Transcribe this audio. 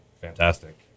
fantastic